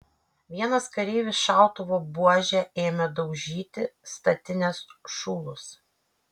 vienas kareivis šautuvo buože ėmė daužyti statinės šulus